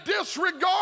disregard